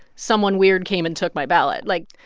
someone weird came and took my ballot. like,